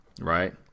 Right